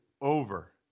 over